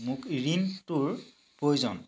মোক ঋণটোৰ প্ৰয়োজন